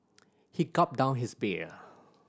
he gulped down his beer